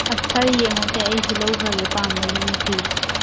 ꯑꯁ ꯈꯔ ꯌꯦꯡꯉꯣꯁꯦ ꯑꯩꯁꯨ ꯂꯧꯈ꯭ꯔꯒꯦ ꯄꯥꯝꯕꯒꯤꯅꯦ ꯐꯤꯁꯦ